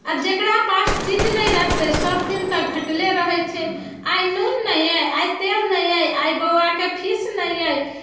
आ जकरा पास चीज नहि रहतै सभदिन तऽ घटले रहै छै आइ नून नहि अइ आइ तेल नहि अइ आइ बौआके फीस नहि अइ